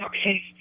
Okay